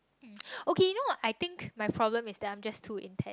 okay no I think my problem is that I'm just to intend